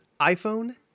iPhone